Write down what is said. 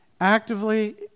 actively